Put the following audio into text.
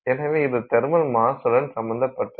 எனவே இது தெர்மல் மாஸுடன் சம்பந்தப்பட்டது